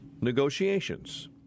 negotiations